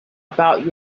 about